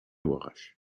wash